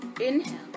inhale